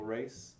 Race